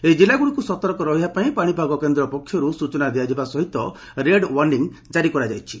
ଏହି ଜିଲ୍ଲାଗୁଡ଼ିକୁ ସତର୍କ ରହିବା ପାଇଁ ପାଶିପାଗ କେନ୍ଦ୍ର ପକ୍ଷରୁ ସୂଚନା ଦିଆଯିବା ସହ ରେଡ୍ ୱାର୍ଷି କାରି କରାଯାଇଛି